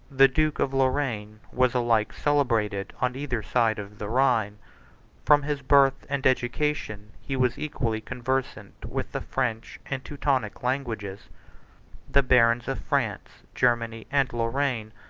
the duke of lorraine, was alike celebrated on either side of the rhine from his birth and education, he was equally conversant with the french and teutonic languages the barons of france, germany, and lorraine,